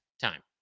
time